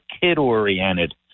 kid-oriented